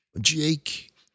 Jake